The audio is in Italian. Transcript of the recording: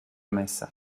messa